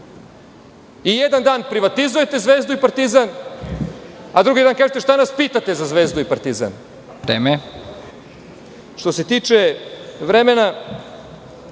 Jedan dan privatizujete Zvezdu i Partizan, a drugi dan kažete šta nas pitate za Zvezdu i